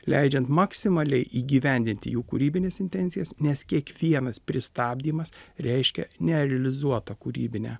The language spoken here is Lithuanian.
leidžiant maksimaliai įgyvendinti jų kūrybines intencijas nes kiekvienas pristabdymas reiškia nerealizuotą kūrybinę